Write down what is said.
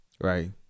Right